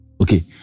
Okay